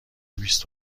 بیست